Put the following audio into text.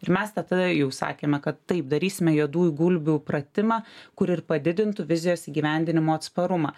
ir mes tata jau sakėme kad taip darysime juodų gulbių pratimą kur ir padidintų vizijos įgyvendinimo atsparumą